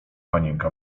panienka